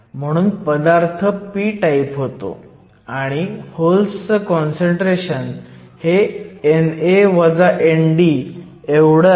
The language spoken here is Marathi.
म्हणून पदार्थ p टाईप होतो आणि होल्सचं काँसंट्रेशन हे NA ND एवढं आहे